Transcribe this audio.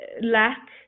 lack